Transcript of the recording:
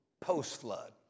post-flood